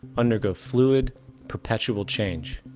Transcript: undergo fluid perpetual change.